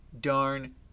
darn